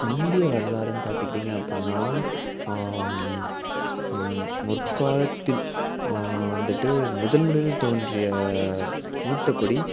இந்திய வரலாறுனு பார்த்துக்கிட்டிங்க அப்புடின்னா முற்காலத்தில் வந்துட்டு முதல் முதலில் தோன்றிய மூத்தகுடி